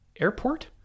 Airport